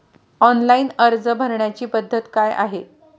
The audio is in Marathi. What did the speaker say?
ऑनलाइन अर्ज भरण्याची पद्धत काय आहे?